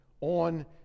on